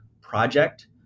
project